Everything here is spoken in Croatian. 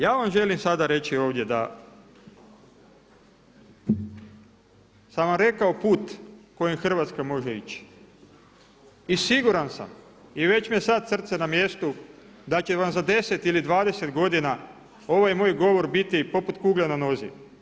Ja vam želim sada reći ovdje da sam vam rekao put kojim Hrvatska može ići i siguran sam i već mi je sada srce na mjestu da će vam za deset ili dvadeset godina ovaj moj govor biti poput kugle na nozi.